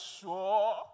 sure